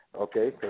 Okay